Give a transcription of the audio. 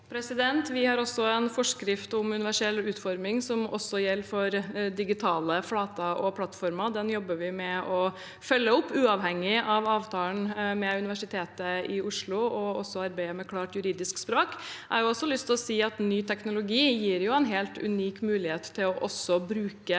Vi har også en forskrift om universell utforming, som også gjelder for digitale flater og plattformer. Den jobber vi med å følge opp, uavhengig av avtalen med Universitetet i Oslo og arbeidet med klart juridisk språk. Jeg har også lyst til å si at ny teknologi gir en helt unik mulighet til å bruke